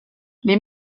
les